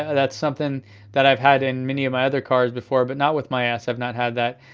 that's something that i've had in many of my other cars before, but not with my s, i've not had that.